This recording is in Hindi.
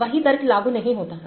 वही तर्क लागू नहीं होता है